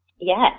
Yes